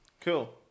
Cool